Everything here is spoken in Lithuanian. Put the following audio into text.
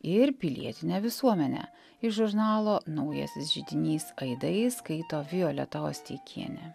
ir pilietinę visuomenę iš žurnalo naujasis židinys aidai skaito violeta osteikienė